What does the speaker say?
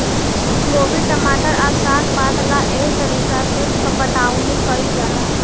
गोभी, टमाटर आ साग पात ला एह तरीका से पटाउनी कईल जाला